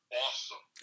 awesome